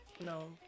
no